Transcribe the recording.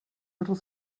little